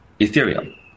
Ethereum